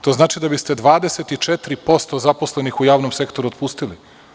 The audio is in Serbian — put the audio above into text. To znači da biste 24% zaposlenih u javnom sektoru otpustili.